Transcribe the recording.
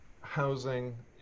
housing